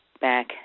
back